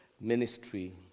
ministry